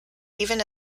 even